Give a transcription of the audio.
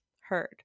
Heard